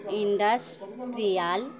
industrial